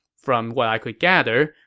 from what i could gather,